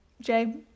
Jay